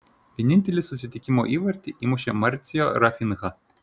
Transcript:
vienintelį susitikimo įvartį įmušė marcio rafinha